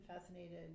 fascinated